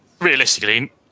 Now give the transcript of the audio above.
realistically